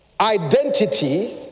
identity